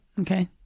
Okay